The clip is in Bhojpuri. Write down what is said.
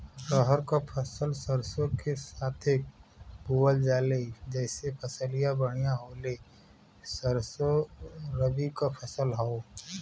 रहर क फसल सरसो के साथे बुवल जाले जैसे फसलिया बढ़िया होले सरसो रबीक फसल हवौ